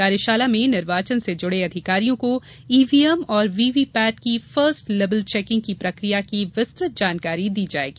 कार्यशाला में निर्वाचन से जुड़े अधिकारियों को ईवीएम और वीवी पैट की फर्स्ट लेबल चेकिंग की प्रक्रिया की विस्तृत जानकारी दी जायेगी